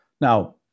Now